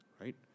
right